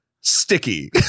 sticky